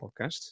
podcast